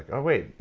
ah oh wait,